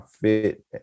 fit